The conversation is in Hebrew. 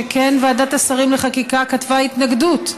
שכן ועדת השרים לחקיקה כתבה התנגדות.